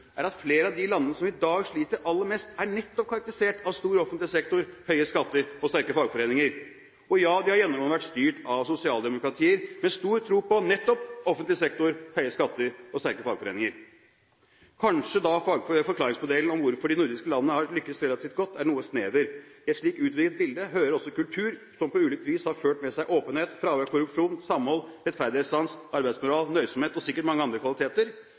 er at flere av de landene som i dag sliter aller mest, er nettopp karakterisert av stor offentlig sektor, høye skatter og sterke fagforeninger. Og ja, de har gjennomgående vært styrt av sosialdemokratier med stor tro på nettopp offentlig sektor, høye skatter og sterke fagforeninger. Kanskje er da forklaringsmodellen om hvorfor de nordiske landene har lyktes relativt godt, noe snever. I et slikt utvidet bilde hører også kultur, som på ulikt vis har ført med seg åpenhet, fravær av korrupsjon, samhold, rettferdighetssans, arbeidsmoral, nøysomhet og sikkert mange andre kvaliteter.